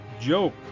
joke